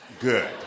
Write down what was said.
good